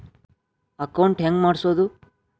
Account ಹೆಂಗ್ ಮಾಡ್ಸೋದು?